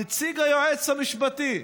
נציג היועץ המשפטי,